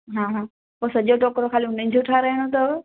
हा हा पो सॼो टोकिरो खाली हुननि जो ठाहिराइणो अथव